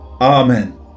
amen